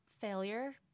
Failure